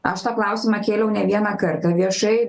aš tą klausimą kėliau ne vieną kartą viešai